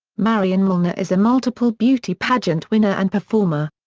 marion malena is a multiple beauty pageant winner and performer.